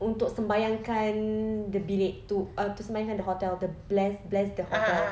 untuk sembahyang kan the bilik to uh to sembahyang kan the hotel the blessed bless the hotel